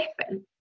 different